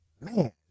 Man